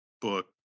book